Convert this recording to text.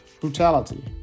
brutality